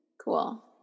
Cool